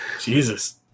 Jesus